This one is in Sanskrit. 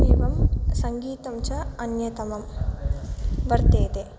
एवं सङ्गीतं च अन्यतमं वर्तेते